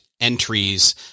entries